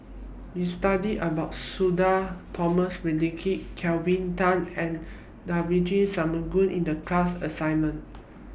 We studied about Sudhir Thomas Vadaketh Kelvin Tan and Devagi Sanmugam in The class assignment